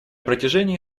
протяжении